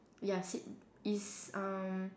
ya cit~ is um